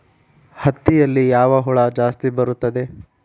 ಹತ್ತಿಯಲ್ಲಿ ಯಾವ ಹುಳ ಜಾಸ್ತಿ ಬರುತ್ತದೆ?